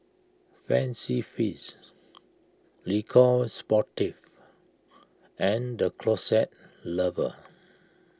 Fancy Feast Le Coq Sportif and the Closet Lover